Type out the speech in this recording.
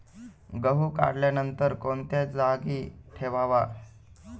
गहू काढल्यानंतर कोणत्या जागी ठेवावा?